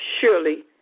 Surely